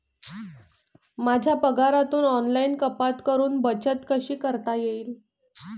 माझ्या पगारातून ऑनलाइन कपात करुन बचत कशी करता येईल?